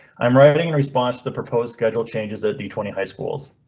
i'm writing in response to the proposed schedule changes that the twenty high schools.